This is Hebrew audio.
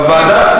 בוועדה.